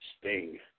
Sting